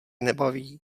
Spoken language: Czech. nebaví